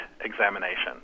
examination